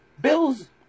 Bills